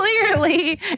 clearly